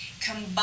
combine